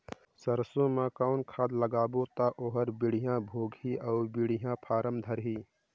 सरसो मा कौन खाद लगाबो ता ओहार बेडिया भोगही अउ बेडिया फारम धारही?